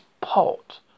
pot